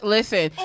Listen